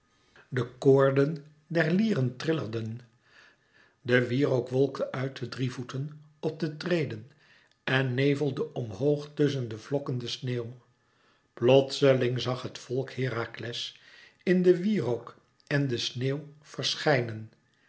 de koorden der lieren trillerden de wierook wolkte uit de drievoeten op de treden en nevelde omhoog tusschen de vlokkende sneeuw plotseling zag het volk herakles in den wierook en de sneeuw verschijnen